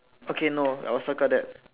okay no I will circle that